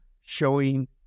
showing